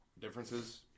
differences